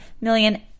million